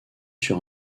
sur